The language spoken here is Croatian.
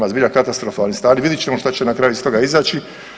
Ima zbilja katastrofalnih stvari, vidjet ćemo što će na kraju iz toga izaći.